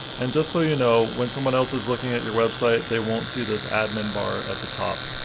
and just so you know, when someone else is looking at your website, they won't see this admin bar at the top.